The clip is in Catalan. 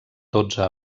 dotze